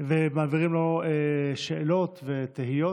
ומעבירים לו שאלות ותהיות.